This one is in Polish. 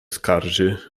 skarży